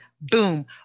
boom